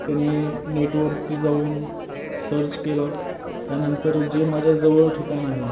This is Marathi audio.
त्यानी नेटवरती जाऊन सर्च केलं त्यानंतर जे माझ्याजवळ ठिकाण आहे